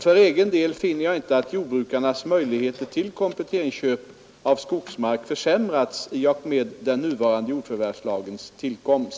För egen del finner jag inte att jordbrukarnas möjligheter till kompletteringsköp av skogsmark försämrats i och med den nuvarande jordförvärvslagens tillkomst.